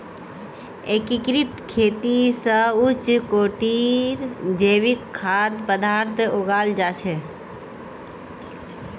एकीकृत खेती स उच्च कोटिर जैविक खाद्य पद्दार्थ उगाल जा छेक